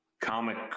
comic